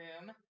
room